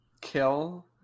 kill